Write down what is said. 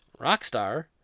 Rockstar